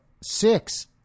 six